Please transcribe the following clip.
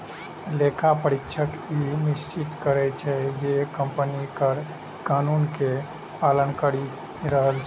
लेखा परीक्षक ई सुनिश्चित करै छै, जे कंपनी कर कानून के पालन करि रहल छै